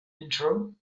intro